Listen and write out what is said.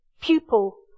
pupil